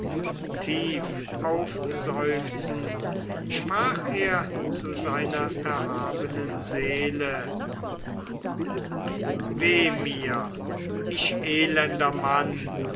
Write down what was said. odysseus tiefaufseufzend sprach er zu seiner erhabenen seele weh mir ich fürchte mich